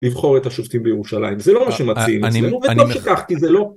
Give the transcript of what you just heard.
‫לבחור את השופטים בירושלים, ‫זה לא מה שמציעים אצלנו, ‫ואני גם לא שכחתי זה לא.